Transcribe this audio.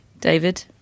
david